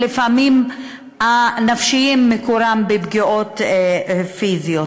ולפעמים התסמינים הנפשיים מקורם בפגיעות פיזיות.